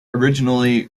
originally